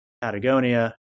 Patagonia